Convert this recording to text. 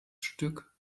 stück